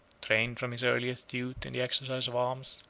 trained from his earliest youth in the exercise of arms,